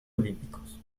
olímpicos